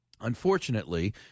Unfortunately